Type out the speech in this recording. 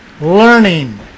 learning